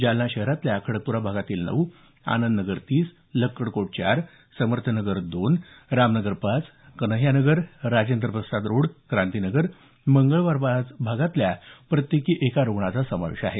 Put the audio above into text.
जालना शहरातल्या खडकपुरा भागातील नऊ आनंदनगर तीन लक्कडकोट चार समर्थनगर दोन रामनगर पाच कन्हैय्यानगर राजेंद्र प्रसाद रोड क्रांतीनगर मंगळबाजार भागातल्या प्रत्येकी एका रुग्णाचा समावेश आहे